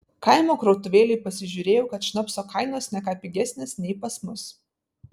kaimo krautuvėlėj pasižiūrėjau kad šnapso kainos ne ką pigesnės nei pas mus